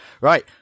right